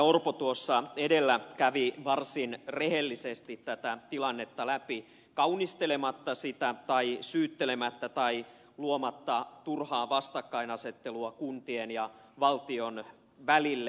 orpo tuossa edellä kävi varsin rehellisesti tätä tilannetta läpi kaunistelematta sitä tai syyttelemättä tai luomatta turhaa vastakkainasettelua kuntien ja valtion välille